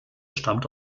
stammt